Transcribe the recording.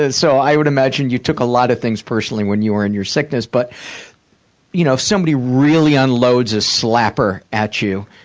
and so i would imagine you took a lot of things personally when you were in your sickness but you know if somebody really unloads a slapper at you,